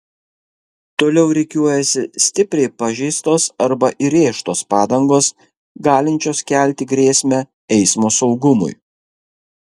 toliau rikiuojasi stipriai pažeistos arba įrėžtos padangos galinčios kelti grėsmę eismo saugumui